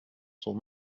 son